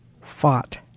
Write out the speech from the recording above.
fought